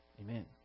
Amen